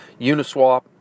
uniswap